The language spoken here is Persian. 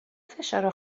فشار